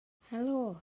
helo